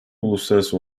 uluslararası